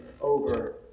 over